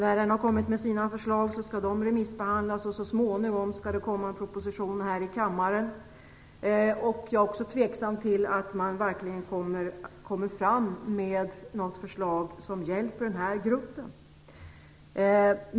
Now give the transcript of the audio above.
När den har kommit med sina förslag skall de remissbehandlas, och så småningom skall det komma en proposition hit till kammaren. Jag är tveksam till om man kommer fram med något förslag som verkligen gynnar den här gruppen.